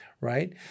right